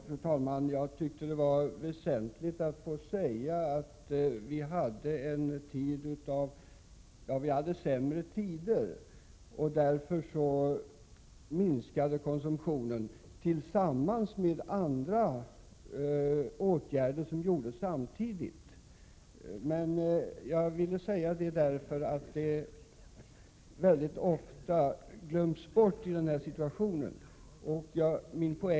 Fru talman! Jag tyckte att det var väsentligt att få säga att vi hade sämre tider och då minskade alkoholkonsumtionen, även till följd av andra åtgärder som vidtogs samtidigt. Jag ville säga detta eftersom det ofta glöms bort i den här diskussionen.